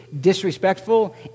disrespectful